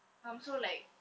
I'm so like